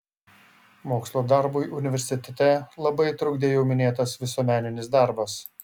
mokslo darbui universitete labai trukdė jau minėtas visuomeninis darbas